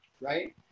right